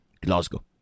Glasgow